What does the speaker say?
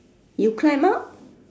you climb out